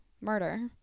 Murder